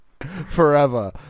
forever